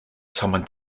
summoned